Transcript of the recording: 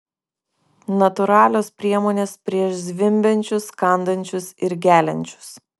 natūralios priemonės prieš zvimbiančius kandančius ir geliančius